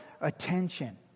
attention